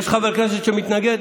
יש חבר כנסת שמתנגד?